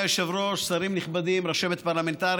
אנחנו עוברים להצעה הבאה: